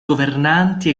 governanti